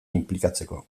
inplikatzeko